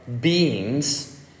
beings